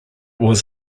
was